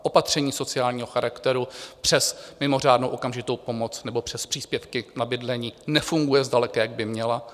Opatření sociálního charakteru přes mimořádnou okamžitou pomoc nebo přes příspěvky na bydlení nefungují zdaleka, jak by měla.